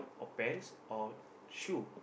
or pants or shoe